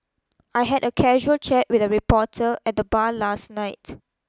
I had a casual chat with a reporter at the bar last night